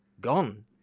gone